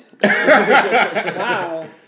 Wow